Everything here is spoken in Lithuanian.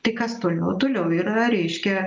tai kas toliau toliau yra reiškia